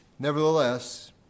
Nevertheless